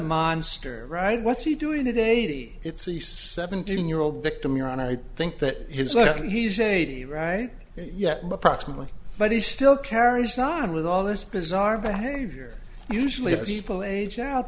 monster right what's he doing today it's the seventeen year old victim you're on i think that his look and he's a right yet but proximately but he still carries on with all this bizarre behavior usually of people age out